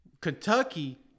Kentucky